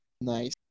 Nice